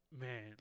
Man